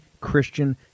Christian